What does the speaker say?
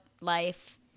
life